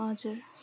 हजुर